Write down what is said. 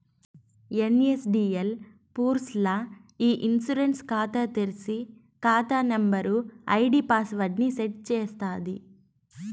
NSDL పూర్స్ ల్ల ఇ ఇన్సూరెన్స్ కాతా తెర్సి, కాతా నంబరు, ఐడీ పాస్వర్డ్ ని సెట్ చేస్తాది